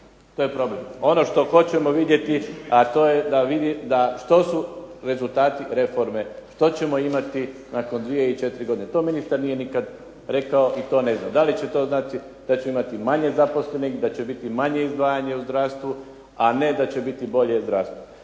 To je problem. Ono što hoćemo vidjeti a to je što su rezultati reforme što ćemo imati nakon dvije i 4 godine. To ministar nije nikada rekao i to ne zna. Da li će to znati da ćemo imati manje zaposlenih, da će biti manje izdvajanje u zdravstvu, a ne da će biti bolje zdravstvo.